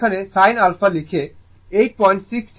এবং এখানে sin α লেখা 8661323 এর সমান